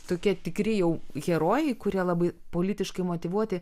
tokie tikri jau herojai kurie labai politiškai motyvuoti